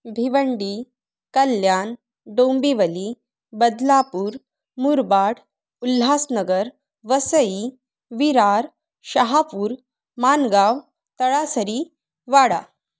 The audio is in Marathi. भिवंडी कल्याण डोंबिवली बदलापूर मुरबाड उल्हासनगर वसई विरार शहापूर माणगाव तळासरी वाडा